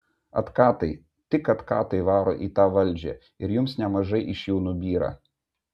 atkatai tik atkatai varo į tą valdžią ir jums nemažai iš jų nubyra